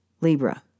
Libra